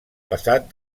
passat